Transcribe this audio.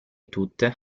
tutte